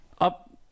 up